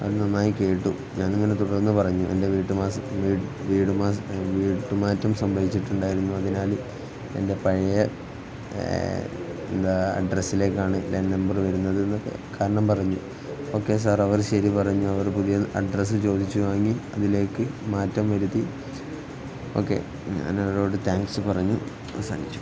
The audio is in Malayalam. അതു നന്നായി കേട്ടു ഞാനിങ്ങനെ തുടർന്നു പറഞ്ഞു എൻ്റെ വീട്ടു മാറ്റം സംഭവിച്ചിട്ടുണ്ടായിരുന്നു അതിനാല് എൻ്റെ പഴയ എന്താണ് അഡ്രസ്സിലേക്കാണ് ലാന്ഡ് നമ്പർ വരുന്നതെന്നു കാരണം പറഞ്ഞു ഓക്കെ സാർ അവര് ശരി പറഞ്ഞു അവർ പുതിയ അഡ്രസ്സ് ചോദിച്ചു വാങ്ങി അതിലേക്കു മാറ്റം വരുത്തി ഓക്കെ ഞാനയളോട് താങ്ക്സ് പറഞ്ഞു അവസാനിച്ചു